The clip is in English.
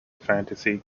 fantasy